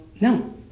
no